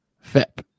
Fip